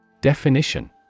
Definition